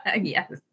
Yes